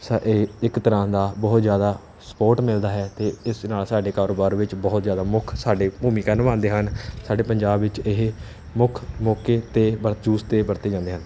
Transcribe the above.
ਸ ਇਹ ਇੱਕ ਤਰ੍ਹਾਂ ਦਾ ਬਹੁਤ ਜ਼ਿਆਦਾ ਸਪੋਰਟ ਮਿਲਦਾ ਹੈ ਅਤੇ ਇਸ ਨਾਲ ਸਾਡੇ ਕਾਰੋਬਾਰ ਵਿੱਚ ਬਹੁਤ ਜ਼ਿਆਦਾ ਮੁੱਖ ਸਾਡੇ ਭੂਮਿਕਾ ਨਿਭਾਉਂਦੇ ਹਨ ਸਾਡੇ ਪੰਜਾਬ ਵਿੱਚ ਇਹ ਮੁੱਖ ਮੌਕੇ 'ਤੇ ਵਰ ਚੂਸ 'ਤੇ ਵਰਤੇ ਜਾਂਦੇ ਹਨ